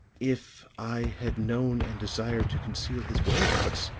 if i had known and desired to conceal his whereabouts,